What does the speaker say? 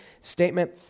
statement